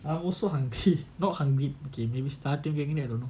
I'm also hungry not hungry okay maybe starting getting there I don't know